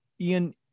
Ian